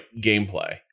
gameplay